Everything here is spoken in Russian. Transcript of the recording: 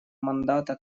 мандата